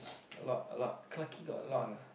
a lot a lot Clarke-Quay got a lot